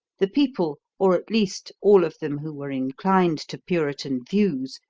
the people, or at least all of them who were inclined to puritan views,